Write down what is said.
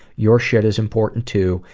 your shit is important too,